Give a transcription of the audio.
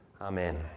Amen